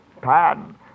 Pan